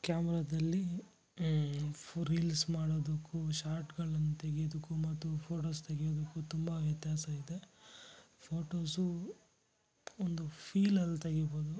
ಕ್ಯಾಮ್ರದಲ್ಲಿ ಫು ರೀಲ್ಸ್ ಮಾಡೊದುಕ್ಕು ಶಾರ್ಟ್ಗಳನ್ನು ತೆಗ್ಯದಕ್ಕು ಮತ್ತು ಫೋಟೋಸ್ ತೆಗ್ಯೊದಕ್ಕು ತುಂಬ ವ್ಯತ್ಯಾಸ ಇದೆ ಫೋಟೋಸು ಒಂದು ಫೀಲಲ್ಲಿ ತೆಗಿಬೋದು